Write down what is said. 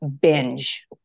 binge